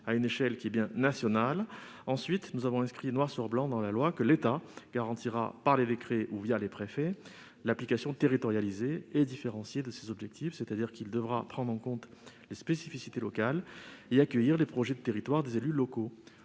à une échelle qui est bien nationale ; ensuite, nous avons inscrit noir sur blanc dans la loi que l'État garantira par les décrets ou les préfets l'application territorialisée et différenciée de ces objectifs, c'est-à-dire qu'il devra prendre en compte les spécificités locales et accueillir les projets de territoire des élus locaux.